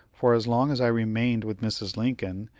for as long as i remained with mrs. lincoln,